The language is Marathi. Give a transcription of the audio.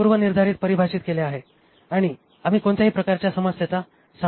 पूर्वनिर्धारित परिभाषित केले आहे आणि आम्ही कोणत्याही प्रकारच्या समस्येचा सामना करणार नाही